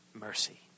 mercy